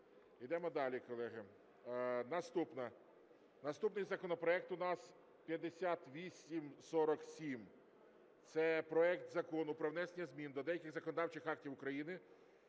Йдемо далі, колеги. Наступне, наступний законопроект у нас 5847. Це проект Закону про внесення змін до деяких законодавчих актів України